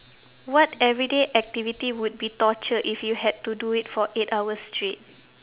what everyday activity would be torture if you had to do it for eight hours straight